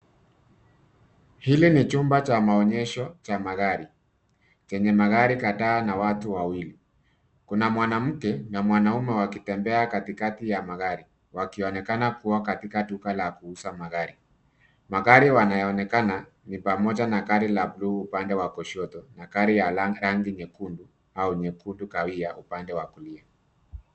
Hili ni chumba cha maonyesho, cha magari, Chenye magari kadhaa na wa wawili. Kuna mwanamke na mwanaume wakitembea katikati ya magari, wakionekana kuwa katika duka la kuuza magari. Magari wanayoonekana ni pamoja na gari la bluu upande wa kushoto na gari ya rangi nyekundu au nyekundu kahawia upande kulia.